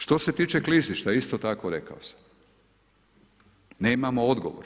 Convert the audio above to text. Što se tiče klizišta, isto tako, rekao sam, nemamo odgovor.